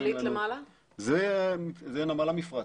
התמונה השמאלית זה נמל המפרץ,